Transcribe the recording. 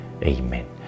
Amen